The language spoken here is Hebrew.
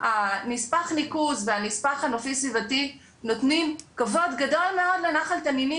הנספח ניקוז והנספח הנופי סביבתי נותנים כבוד מאוד לנחל תנינים,